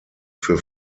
für